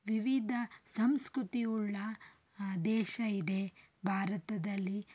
ವಿವಿಧ ಸಂಸ್ಕೃತಿಯುಳ್ಳ ದೇಶ ಇದೇ ಭಾರತದಲ್ಲಿ